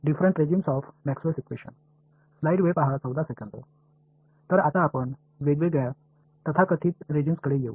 तर आता आपण वेगवेगळ्या तथाकथित रेजिम्स कडे येऊ